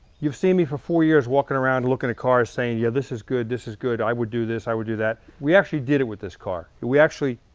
you've seen me for four years walking around, looking at cars saying yeah, this is good, this is good, i would do this, i would do that. we actually did it with this car. we actually,